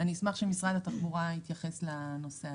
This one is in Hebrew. אני אשמח שמשרד התחבורה יתייחס גם לנושא הזה.